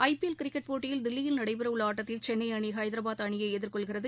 IPL cricket போட்டியில் தில்லியில் நடைபெறஉள்ளஆட்டத்தில் சென்ளைஅணி ஹைதராபாத் அணியைஎதிர்கொள்கிறது